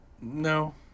no